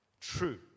true